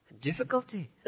difficulty